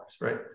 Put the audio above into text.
right